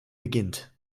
beginnt